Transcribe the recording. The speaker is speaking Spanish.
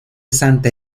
santa